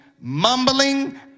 mumbling